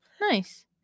Nice